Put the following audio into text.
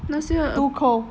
too cold